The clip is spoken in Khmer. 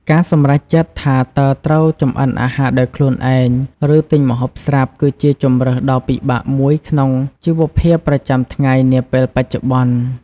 ការសម្រេចចិត្តថាតើត្រូវចម្អិនអាហារដោយខ្លួនឯង ឬទិញម្ហូបស្រាប់ គឺជាជម្រើសដ៏ពិបាកមួយក្នុងជីវភាពប្រចាំថ្ងៃនាពេលបច្ចុប្បន្ន។